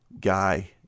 guy